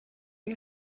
you